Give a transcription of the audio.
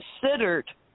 considered